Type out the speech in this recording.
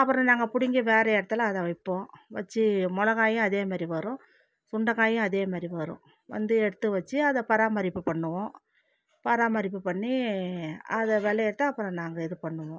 அப்புறம் நாங்கள் பிடுங்கி வேறு இடத்துல அத வைப்போம் வச்சு மிளகாயும் அதே மாரி வரும் சுண்டக்காயும் அதே மாரி வரும் வந்து எடுத்து வச்சு அதை பராமரிப்பு பண்ணுவோம் பராமரிப்பு பண்ணி அதை விளையவிட்டு அப்புறம் நாங்கள் இது பண்ணுவோம்